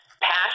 pass